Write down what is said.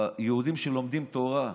או יהודים שלומדים תורה,